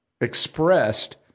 Expressed